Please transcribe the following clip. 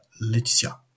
Laetitia